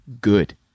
good